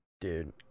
Dude